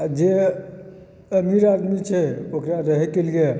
आ जे अमीर आदमी छै ओकरा रहएके लिए